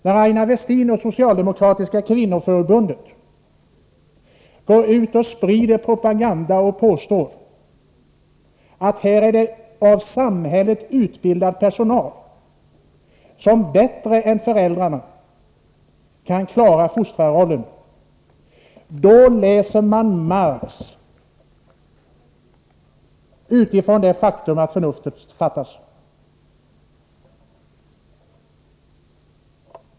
När Aina Westin och Socialdemokratiska kvinnoförbundet går ut och sprider propaganda och påstår att av samhället utbildad personal bättre än föräldrarna kan klara fostrarrollen, då läser man Marx utifrån det faktum att förnuft fattas.